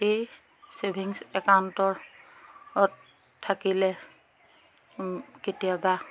এই চেভিংছ একাউণ্টৰত থাকিলে কেতিয়াবা